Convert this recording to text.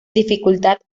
dificultad